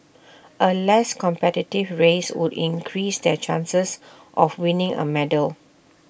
A less competitive race would increase their chances of winning A medal